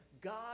god